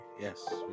Yes